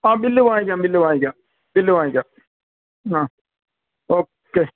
ആ ബില്ല് വാങ്ങിക്കാം ബില്ല് വാങ്ങിക്കാം ബില്ല് വാങ്ങിക്കാം ആ ഓക്കേ